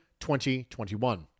2021